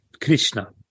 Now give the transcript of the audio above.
Krishna